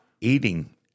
eating